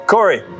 Corey